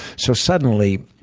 so suddenly,